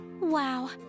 wow